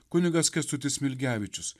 kunigas kęstutis smilgevičius